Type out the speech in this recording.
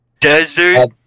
Desert